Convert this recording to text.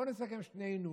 בוא נסכם שנינו